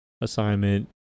assignment